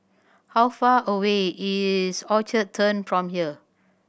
how far away is Orchard Turn from here